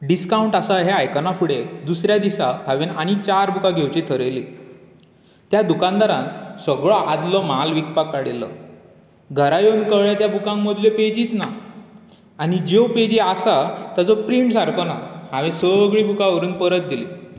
discount आसा हें आयकना फुडें दुसऱ्या दिसा हांवें आनी चार बुकां घेवचीं थरयलीं त्या दुकानदारान सगळो आदलो म्हाल विकपाक काडिल्लो घरा येवन कळ्ळें त्या बुकांक मदल्यो पेजीस ना आनी ज्यो पेजी आसा ताजो प्रींट सारको ना हांवें सगळीं बुकां व्हरून परत दिलीं